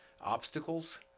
obstacles